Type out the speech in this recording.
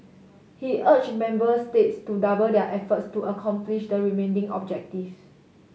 he urge member states to double their efforts to accomplish the remaining objectives